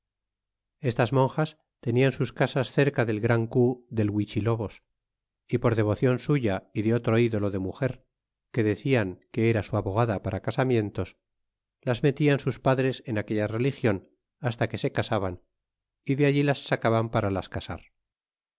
estas monjas tenían sus casas cerca del gran cu del huichilobos y por devocion suya y de otro ídolo de muger que decían que era su abogada para casamientos las metian sus padres en aquella religion hasta que se casaban y de allí las sacaban para las casar